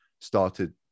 started